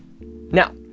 Now